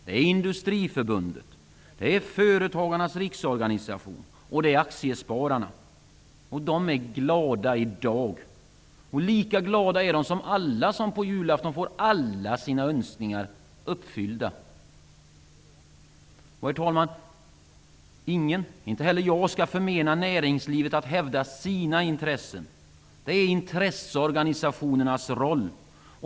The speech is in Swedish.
De är glada i dag. De är lika glada som alla som på julafton får alla sina önskningar uppfyllda. Ingen -- inte heller jag -- skall förmena näringslivet att hävda sina intressen. Det är intresseorganisationernas roll.